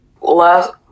Last